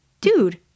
dude